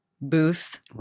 booth